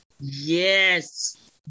Yes